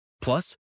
Plus